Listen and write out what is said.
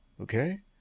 Okay